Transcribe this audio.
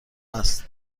است